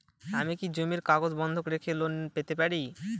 আমি কি জমির কাগজ বন্ধক রেখে লোন পেতে পারি?